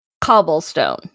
cobblestone